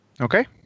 Okay